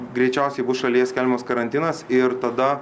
greičiausiai bus šalyje skelbiamas karantinas ir tada